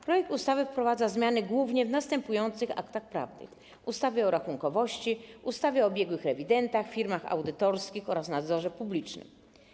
Projekt ustawy wprowadza zmiany głównie w następujących aktach prawnych: ustawie o rachunkowości, ustawie o biegłych rewidentach, firmach audytorskich oraz nadzorze publicznym.